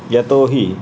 यतो हि